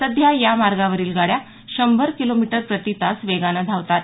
सध्या या मार्गावरील गाड्या शंभर किलोमीटर प्रतितास वेगानं धावतात